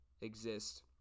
exist